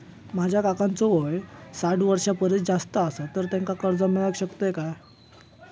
माझ्या काकांचो वय साठ वर्षां परिस जास्त आसा तर त्यांका कर्जा मेळाक शकतय काय?